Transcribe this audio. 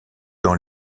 dans